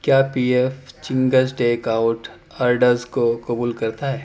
کیا P F Chang's take out orders کو قبول کرتا ہے